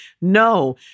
No